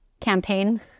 campaign